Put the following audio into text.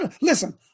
Listen